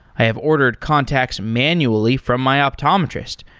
i have ordered contact manually from my optometrist,